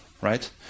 right